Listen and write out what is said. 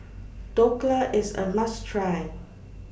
Dhokla IS A must Try